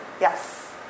Yes